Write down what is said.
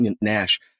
Nash